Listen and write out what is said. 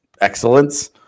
excellence